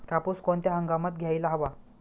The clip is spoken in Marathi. कापूस कोणत्या हंगामात घ्यायला हवा?